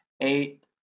eight